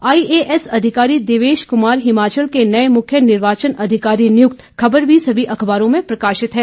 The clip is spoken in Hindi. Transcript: आईएएस अधिकारी देवेश कुमार हिमाचल के नए मुख्य निर्वाचन अधिकारी नियुक्त खबर भी सभी अखबारों में प्रकाशित है